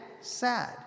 sad